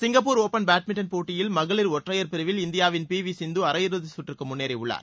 Singapore open badminton போட்டியில் மகளிர் ஒற்றையர் பிரிவில் இந்தியாவின் பி வி சிந்து அரையிறுதி சுற்றுக்கு முன்னேறியுள்ளார்